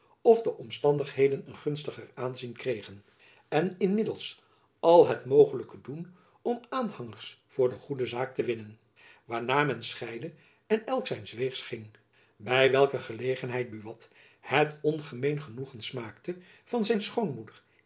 of de omstandigheden een gunstiger aanzien kregen en inmiddels al het mogelijke doen om aanhangers voor de goede zaak te winnen waarna men scheidde en elk zijns weegs ging by welke gelegenheid buat het ongemeen genoegen smaakte van zijn schoonmoeder